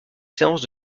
séance